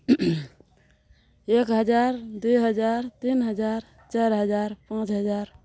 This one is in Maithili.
हूहू एक हजार दुइ हजार तीन हजार चारि हजार पाँच हजार